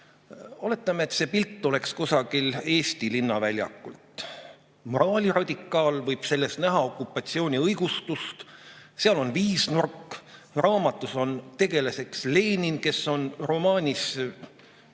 Oletame, et see pilt oleks kusagilt Eesti linnaväljakult. Moraaliradikaal võib selles näha okupatsiooni õigustust. Seal on viisnurk, raamatus on tegelaseks Lenin, kes on romaanis